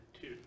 two